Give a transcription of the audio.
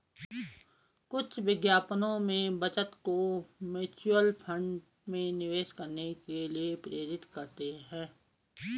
कुछ विज्ञापनों में बचत को म्यूचुअल फंड में निवेश करने के लिए प्रेरित करते हैं